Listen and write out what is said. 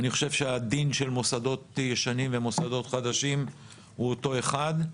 אני חושב שהדין של מוסדות ישנים ומוסדות חדשים הוא אותו אחד.